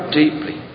deeply